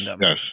yes